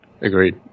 Agreed